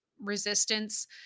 resistance